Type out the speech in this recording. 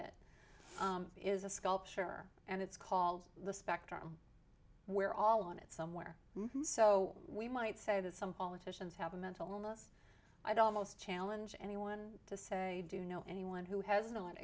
it is a sculpture and it's called the spectrum we're all on it somewhere so we might say that some politicians have a mental illness i'd almost challenge anyone to say do you know anyone who has